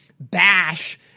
bash